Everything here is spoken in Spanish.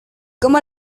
como